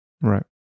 Right